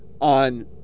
on